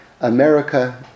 America